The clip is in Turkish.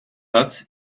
hat